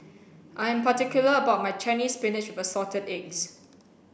I'm particular about my Chinese spinach with assorted eggs